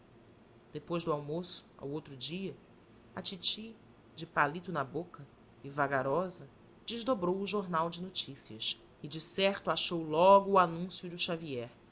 depois do almoço ao outro dia a titi de palito na boca e vagarosa desdobrou o jornal de notícias e decerto achou logo o anúncio do xavier